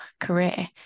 career